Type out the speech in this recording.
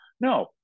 No